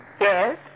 Yes